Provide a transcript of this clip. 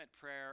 prayer